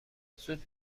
زود